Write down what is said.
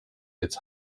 its